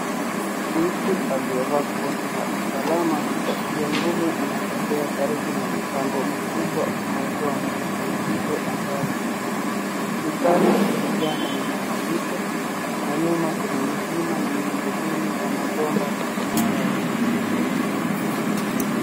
Mtu aliyevaa koti la usalama na kofia ngumu anatembea karibu na mtambo mkubwa unaotoa mvuke mzito angani. Mchana umejaa mawingu mazito na nyuma kuna milima na miundo mbinu ya mabomba na minara ya mviringo.